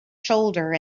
shoulder